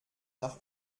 nach